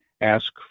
ask